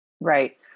Right